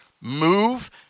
move